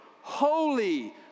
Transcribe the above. holy